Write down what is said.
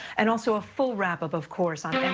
and also a full wrap-up, of course, on and